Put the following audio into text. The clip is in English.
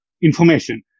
information